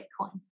Bitcoin